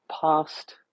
past